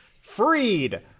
Freed